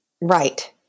right